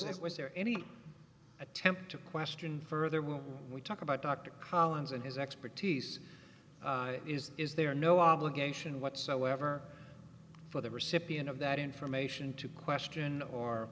as was there any attempt to question further when we talk about dr collins and his expertise is is there no obligation whatsoever for the recipient of that information to question or